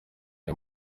ayo